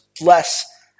less